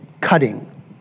cutting